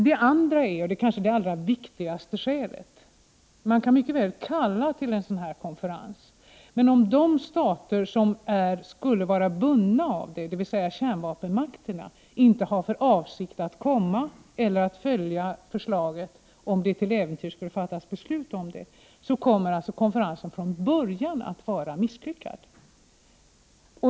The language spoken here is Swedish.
Det andra och kanske viktigaste skälet är att man mycket väl kan kalla till en sådan konferens, men om de stater som skulle vara bundna av den, dvs. kärnvapenmakterna, inte har för avsikt att komma eller att följa avtalet om det till äventyrs skulle fattas beslut om det, kommer konferensen att från början vara misslyckad.